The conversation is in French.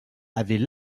avait